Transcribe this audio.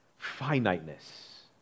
Finiteness